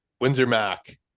Windsor-Mac